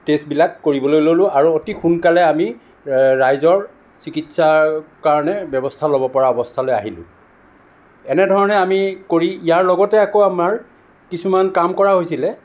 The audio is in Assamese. তেজবিলাক কৰিবলৈ ল'লো আৰু অতি সোনকালে আমি ৰাইজৰ চিকিৎসাৰ কাৰণে ব্য়ৱস্থা ল'ব পৰা অৱস্থালৈ আহিলোঁ এনেধৰণে আমি কৰি ইয়াৰ লগতে আকৌ আমাৰ কিছুমান কাম কৰা হৈছিল